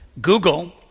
Google